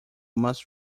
must